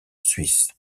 suisse